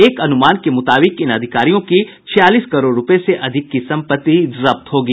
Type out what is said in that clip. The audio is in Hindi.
एक अनुमान के मुताबिक इन अधिकारियों की छियालीस करोड़ रूपये से अधिक की सम्पत्ति जब्त होगी